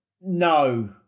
No